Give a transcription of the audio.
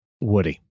Woody